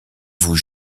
vous